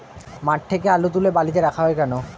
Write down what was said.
মাঠ থেকে আলু তুলে বালিতে রাখা হয় কেন?